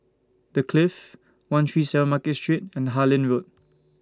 The Clift one three seven Market Street and Harlyn Road